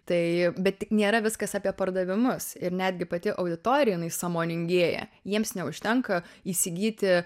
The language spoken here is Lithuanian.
tai bet nėra viskas apie pardavimus ir netgi pati auditorija jinai sąmoningėja jiems neužtenka įsigyti